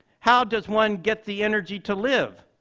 how does one get the energy to live?